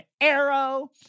arrow